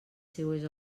seues